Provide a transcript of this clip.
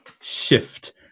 shift